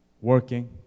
working